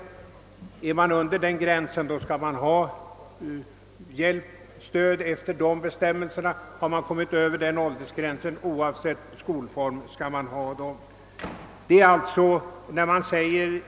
Om vederbörande befinner sig under denna gräns, skall studiehjälp utgå enligt bestämmelse om skolform, men om han kommit över denna åldersgräns skall han oavsett skolform få hiälp.